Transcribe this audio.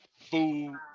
Food